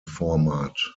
format